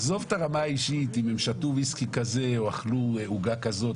עזוב את הרמה האישית אם הם שתו ויסקי כזה או אכלו עוגה כזאת,